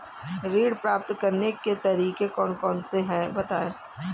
ऋण प्राप्त करने के तरीके कौन कौन से हैं बताएँ?